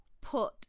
put